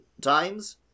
times